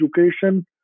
education